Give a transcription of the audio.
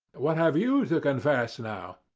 what have you to confess now?